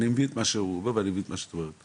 אני מבין את מה שהוא אומר ואני מבין את מה שאת אומרת,